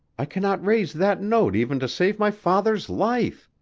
i cannot raise that note even to save my father's life.